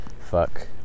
Fuck